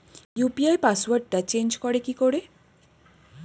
UPI পাসওয়ার্ডটা change করে কি করে?